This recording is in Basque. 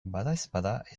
badaezpada